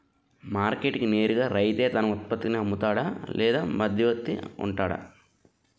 Market కి నేరుగా రైతే తన ఉత్పత్తి నీ అమ్ముతాడ లేక మధ్యవర్తి వుంటాడా?